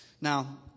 Now